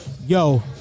yo